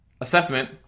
assessment